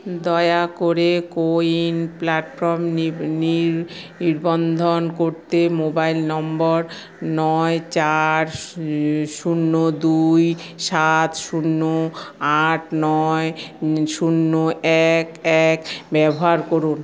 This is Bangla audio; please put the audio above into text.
দয়া করে কোউইন প্ল্যাটফর্ম নির্বন্ধন করতে মোবাইল নম্বর নয় চার শূন্য দুই সাত শূন্য আট নয় শূন্য এক এক ব্যবহার করুন